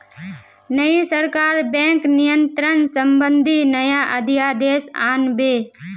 नई सरकार बैंक नियंत्रण संबंधी नया अध्यादेश आन बे